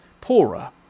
poorer